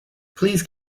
please